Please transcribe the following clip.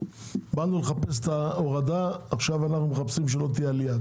באנו לחפש את ההורדה ועכשיו אנחנו מחפשים שלא תהיה עליה.